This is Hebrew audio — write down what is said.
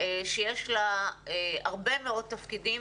שיש לה הרבה מאוד תפקידים?